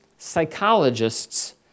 psychologists